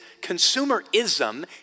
Consumerism